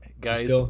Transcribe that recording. Guys